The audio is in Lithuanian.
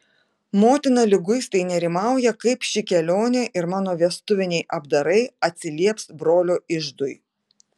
motina liguistai nerimauja kaip ši kelionė ir mano vestuviniai apdarai atsilieps brolio iždui